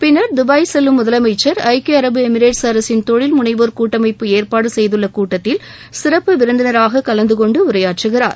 பின்னர் துபாய் செல்லும் முதலமைச்சள் ஐக்கிய அரபு எமிரேட்ஸ் அரசின் தொழில் முனைவோர் கூட்டமைப்பு ஏற்பாடு செய்துள்ள கூட்டத்தில் சிறப்பு விருந்தினராக கலந்து கொண்டு உரையாற்றுகிறா்